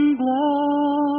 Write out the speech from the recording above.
glow